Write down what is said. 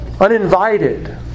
uninvited